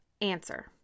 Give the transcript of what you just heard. Answer